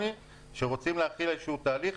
כשרוצים להחיל איזשהו תהליך,